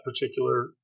particular